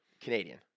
Canadian